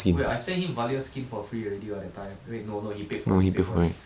wait I send him valir skin for free already [what] that time wait no no he paid for it he paid for it